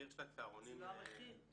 זה לא המחיר.